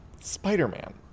Spider-Man